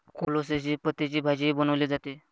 कोलोसेसी पतींची भाजीही बनवली जाते